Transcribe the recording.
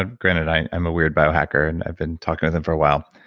ah granted, i'm i'm a weird biohacker and i've been talking with him for a while.